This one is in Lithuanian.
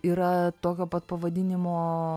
yra tokio pat pavadinimo